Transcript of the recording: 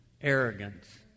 arrogance